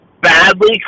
badly